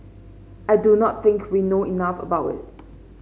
I do not think we know enough about it